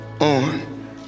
on